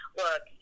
look